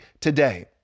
today